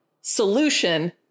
solution